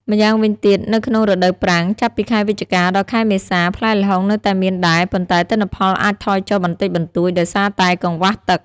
ម្យ៉ាងវិញទៀត នៅក្នុងរដូវប្រាំង ចាប់ពីខែវិច្ឆិកា ដល់ ខែមេសា ផ្លែល្ហុងនៅតែមានដែរ ប៉ុន្តែទិន្នផលអាចថយចុះបន្តិចបន្តួចដោយសារតែកង្វះទឹក។